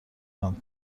نام